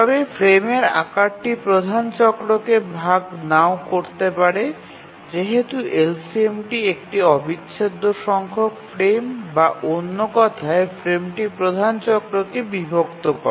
তবে ফ্রেমের আকারটি প্রধান চক্রকে ভাগ নাও করতে পারে যেহেতু এলসিএমটি একটি অবিচ্ছেদ্য সংখ্যক ফ্রেম বা অন্য কথায় ফ্রেমটি প্রধান চক্রকে বিভক্ত করে